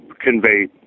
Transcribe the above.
convey